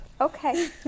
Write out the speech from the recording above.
okay